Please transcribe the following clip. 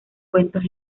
cuentos